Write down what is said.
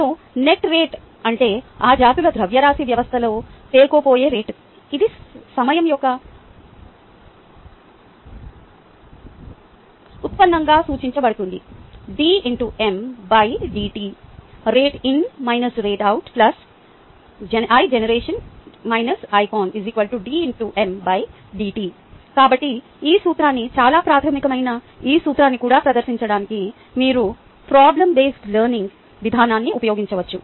మరియు net rate అంటే ఆ జాతుల ద్రవ్యరాశి వ్యవస్థలో పేరుకుపోయే రేటు ఇది సమయం యొక్క ఉత్పన్నంగా సూచించబడుతుంది ddt rin rout rgen rcon ddt కాబట్టి ఈ సూత్రాన్ని చాలా ప్రాథమికమైన ఈ సూత్రాన్ని కూడా ప్రదర్శించడానికి మీరు ప్రాబ్లమ్ బేస్డ్ లెర్నింగ్ లో విధానాన్ని ఉపయోగించవచ్చు